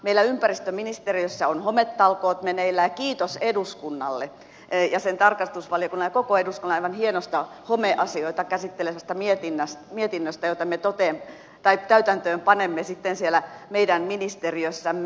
meillä ympäristöministeriössä on hometalkoot meneillään ja kiitos eduskunnalle ja sen tarkastusvaliokunnalle ja koko eduskunnalle aivan hienosta homeasioita käsittelevästä mietinnöstä jota me täytäntöönpanemme sitten siellä meidän ministeriössämme